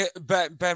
Ben